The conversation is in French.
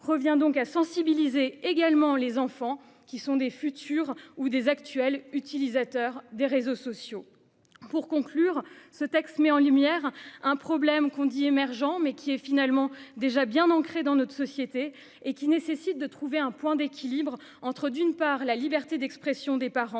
revient donc à sensibiliser également les enfants, qui sont de futurs ou d'actuels utilisateurs des réseaux sociaux. En conclusion, ce texte met en évidence un problème émergent, mais pourtant déjà bien ancré dans notre société, qui nécessite de trouver un point d'équilibre entre, d'une part, la liberté d'expression des parents